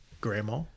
grandma